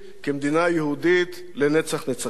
כמדינה יהודית לנצח נצחים.